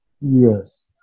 Yes